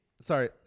Sorry